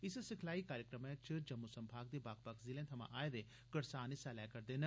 इस सिखलाई कार्यक्रमै च जम्मू संभाग दे बक्ख बक्ख जिलें थमां आए दे करसान हिस्सा लै करदे न